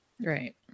Right